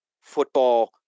football